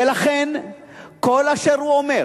ולכן כל אשר הוא אומר